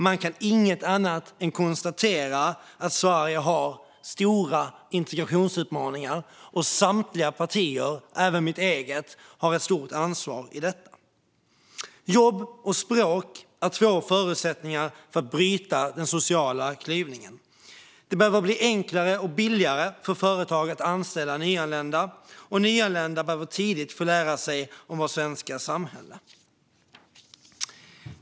Man kan inte annat än konstatera att Sverige har stora integrationsutmaningar. Samtliga partier, även mitt eget, har ett stort ansvar i detta. Jobb och språk är två förutsättningar för att bryta den sociala klyvningen. Det behöver bli enklare och billigare för företag att anställa nyanlända. Nyanlända behöver tidigt få lära sig om vårt svenska samhälle.